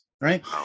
right